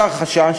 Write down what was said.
השר חשש,